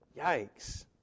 Yikes